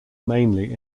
mainly